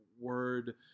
word